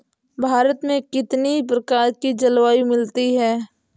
भारत में कितनी प्रकार की जलवायु मिलती है?